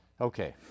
Okay